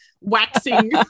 waxing